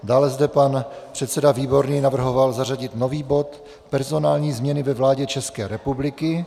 Dále zde pan předseda Výborný navrhoval zařadit nový bod Personální změny ve vládě České republiky.